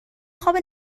خواب